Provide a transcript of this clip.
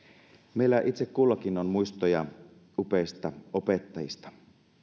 meillä itse kullakin on muistoja upeista opettajista